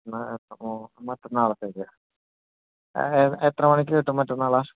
അപ്പൊ ഓ മാറ്റന്നാളത്തേക്ക് ഏഹ് എ എത്ര മണിക്ക് കിട്ടും മറ്റന്നാൾ